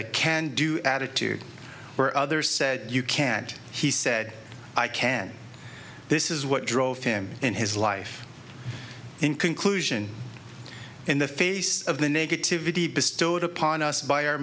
a can do attitude where others said you can't he said i can't this is what drove him in his life in conclusion in the face of the negativity bestowed upon us by our